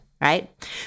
right